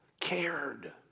cared